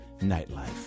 nightlife